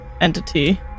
entity